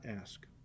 ask